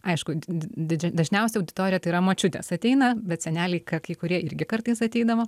aišku di didžią dažniausiai auditorija tai yra močiutės ateina bet seneliai ka kai kurie irgi kartais ateidavo